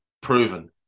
proven